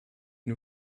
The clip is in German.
nur